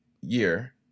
year